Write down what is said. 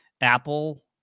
Apple